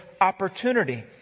opportunity